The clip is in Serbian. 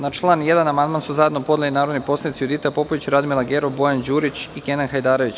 Na član 1. amandman su zajedno podneli narodni poslanici Judita Popović, Radmila Gerov, Bojan Đurić i Kenan Hajdarević.